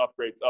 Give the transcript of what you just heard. upgrades